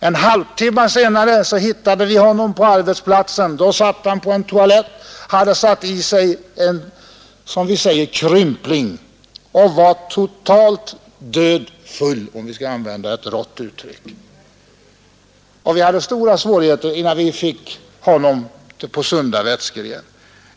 En halvtimma senare hittade vi honom på arbetsplatsen, Då satt han på en toalett, hade satt i sig en ”krympling” och var totalt dödfull, för att använda ett rått uttryck. Vi hade stora svårigheter innan vi fick honom avgiftad igen.